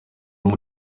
muri